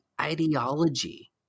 ideology